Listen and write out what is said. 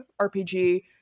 RPG